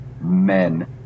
men